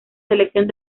selección